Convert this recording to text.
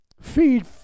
feed